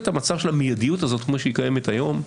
המצב של המיידיות הזאת כפי שהיא קיימת היום.